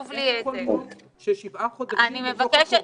לא יכול להיות ששבעה חודשים בתוך הקורונה,